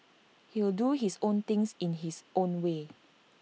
he'll do his own thing in his own way